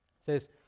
says